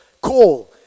call